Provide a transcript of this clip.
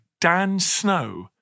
DANSNOW